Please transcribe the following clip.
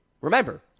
Remember